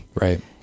right